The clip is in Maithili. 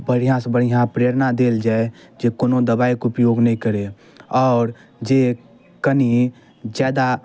बढ़िऑं सऽ बढ़िऑं प्रेरणा देल जाय जे कोनो दबाइके उपयोग नहि करै आओर जे कनी जादा